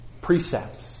precepts